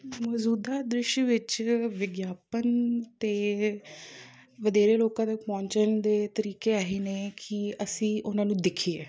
ਮੌਜ਼ੂਦਾ ਦ੍ਰਿਸ਼ ਵਿੱਚ ਵਿਗਿਆਪਨ ਅਤੇ ਵਧੇਰੇ ਲੋਕਾਂ ਤੱਕ ਪਹੁੰਚਣ ਦੇ ਤਰੀਕੇ ਆਹੀ ਨੇ ਕਿ ਅਸੀਂ ਉਹਨਾਂ ਨੂੰ ਦੇਖੀਏ